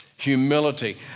Humility